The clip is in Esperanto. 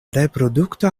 reprodukta